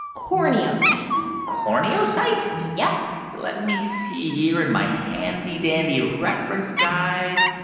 corneocyte corneocyte? yep let me see here in my handy-dandy reference guide.